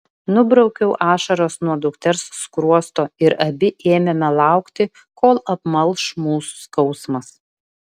nubraukiau ašaras nuo dukters skruosto ir abi ėmėme laukti kol apmalš mūsų skausmas